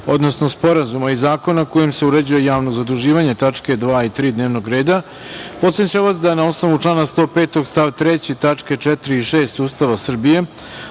odnosno sporazuma i zakona kojim se uređuje javno zaduživanje (tačke 2. i 3. dnevnog reda), podsećam vas da na osnovu člana 105. stav 3. tačke 4. i 6. Ustava Republike